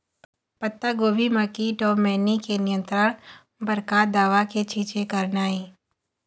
पत्तागोभी म कीट अऊ मैनी के नियंत्रण बर का दवा के छींचे करना ये?